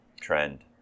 trend